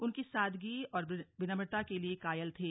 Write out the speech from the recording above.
उनकी सादगी और विनम्रता के लोग कायल थे